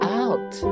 out